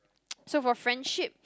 so for friendship